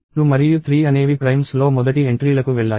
2 మరియు 3 అనేవి ప్రైమ్స్లో మొదటి ఎంట్రీలకు వెళ్లాయి